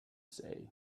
say